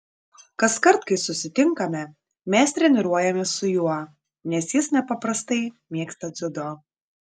kaskart kai susitinkame mes treniruojamės su juo nes jis nepaprastai mėgsta dziudo